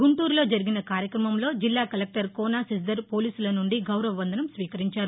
గుంటూరులో జరిగిన కార్యక్రమంలో జిల్లా కలెక్టర్ కోన శశిధర్ పోలీసులనుండి గౌరవ వందనం స్వీకరించారు